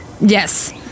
Yes